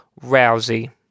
Rousey